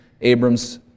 Abram's